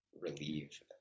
relieve